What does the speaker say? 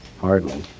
Hardly